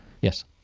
Yes